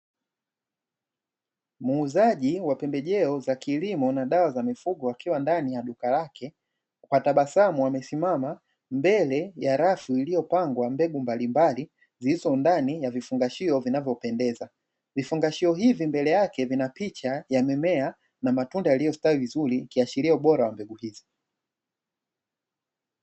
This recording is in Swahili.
Muuzaji wa pembejeo za kilimo na dawa za mifugo akiwa ndani ya duka lake, kwa tabasamu amesimama mbele ya rafu iliyopangwa mbegu mbalimbali zilizo ndani ya vifungashio vinavyopendeza. Vifungashio hivi mbele yake vina picha ya mimea na matunda yaliyostawi vizuri ikiashiria ubora wa mbegu hizi.